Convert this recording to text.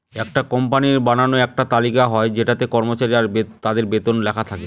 একটা কোম্পানির বানানো এক তালিকা হয় যেটাতে কর্মচারী আর তাদের বেতন লেখা থাকে